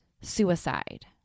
suicide